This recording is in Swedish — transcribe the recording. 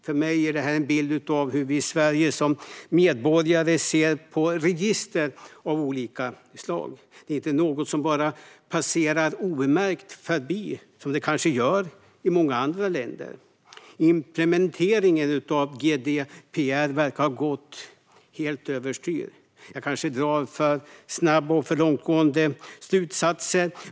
För mig är det en bild av hur vi i Sverige som medborgare ser på register av olika slag. Det är inte något som bara passerar obemärkt förbi, som det kanske gör i många andra länder. Implementeringen av GDPR verkar ha gått helt överstyr. Jag kanske drar för snabba och långtgående slutsatser.